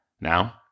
Now